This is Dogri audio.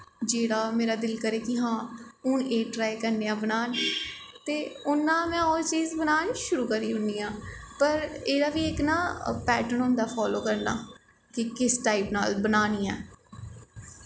जेह्ड़ा मेरा दिल करे कि हां हून एह् ट्राई करने आं बनान ते उ'आं में ओह् चीज़ बनान शुरू करी ओड़नी आं पर एह्दा बी इक ना पैटर्न होंदा फालो करना कि किस टाईप नाल बनानी ऐ